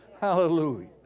Hallelujah